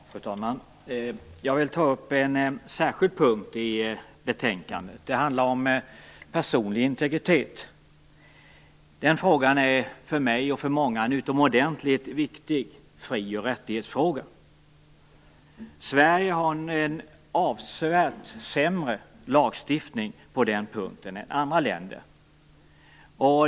Fru talman! Jag vill ta upp en särskild punkt i betänkandet. Det handlar om personlig integritet. Den frågan är för mig och många andra en utomordentligt viktig fri och rättighetsfråga. Sverige har en avsevärt sämre lagstiftning på den punkten än andra länder.